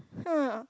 !huh!